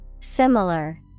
Similar